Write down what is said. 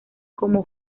come